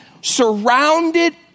surrounded